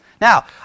Now